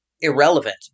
irrelevant